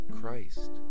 Christ